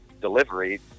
delivery